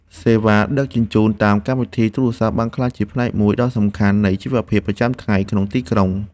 សេវាដឹកជញ្ជូនតាមកម្មវិធីទូរសព្ទ បានក្លាយជាផ្នែកមួយដ៏សំខាន់នៃជីវភាពប្រចាំថ្ងៃក្នុងទីក្រុង។